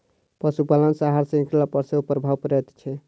पशुपालन सॅ आहार शृंखला पर सेहो प्रभाव पड़ैत छै